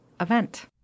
event